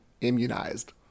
immunized